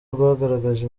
rwagaragaje